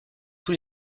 tous